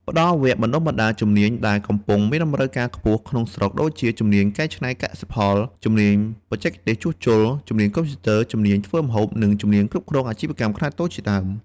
ផ្តល់វគ្គបណ្តុះបណ្តាលជំនាញដែលកំពុងមានតម្រូវការខ្ពស់ក្នុងស្រុក ដូចជា ជំនាញកែច្នៃកសិផល ជំនាញបច្ចេកទេសជួសជុល ជំនាញកុំព្យូទ័រ ជំនាញធ្វើម្ហូប និងជំនាញគ្រប់គ្រងអាជីវកម្មខ្នាតតូចជាដើម។